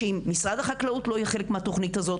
שאם משרד החקלאות לא יהיה חלק מהתוכנית הזאת,